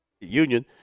Union